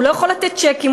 הוא לא יכול לתת צ'קים,